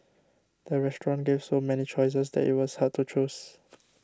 the restaurant gave so many choices that it was hard to choose